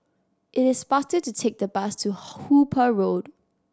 it is faster to take the bus to Hooper Road